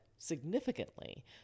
significantly